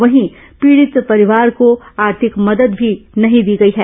वहीं पीडित परिवार को आर्थिक मदद भी नहीं दी गई है